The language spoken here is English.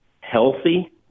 healthy